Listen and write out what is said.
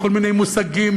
כל מיני מושגים,